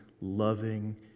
loving